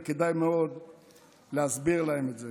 וכדאי מאוד להסביר להם את זה.